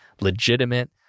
legitimate